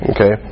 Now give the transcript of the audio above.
Okay